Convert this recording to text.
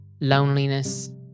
loneliness